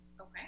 Okay